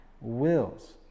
wills